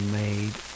made